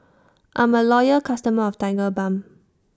I'm A Loyal customer of Tigerbalm